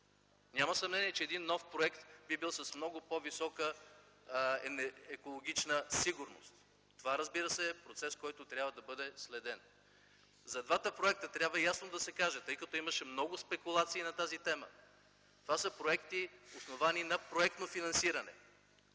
Няма съмнение, че един нов проект би бил с много по-висока екологична сигурност. Това, разбира се, е процес, който трябва да бъде следен. За двата проекта трябва ясно да се каже, тъй като имаше много спекулации на тази тема, че това са проекти, основани на проектно финансиране,